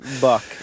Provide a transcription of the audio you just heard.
buck